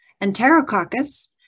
Enterococcus